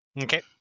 Okay